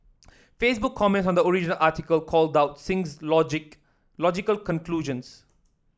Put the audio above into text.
Facebook comments on the original article called out Singh's logic logical conclusions